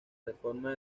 reforma